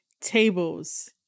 tables